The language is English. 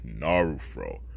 Narufro